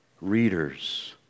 readers